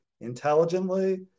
intelligently